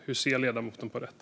Hur ser ledamoten på detta?